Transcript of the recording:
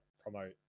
promote